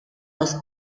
los